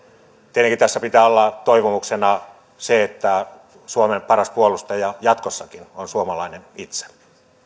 tietenkin tässä pitää olla toivomuksena se että suomen paras puolustaja jatkossakin on suomalainen itse